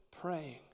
praying